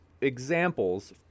Examples